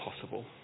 possible